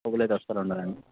trouble అయితే అసలు ఉండదు అండి